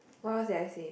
what else did I say